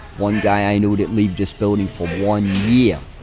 one guy i knew didn't leave this building for one year,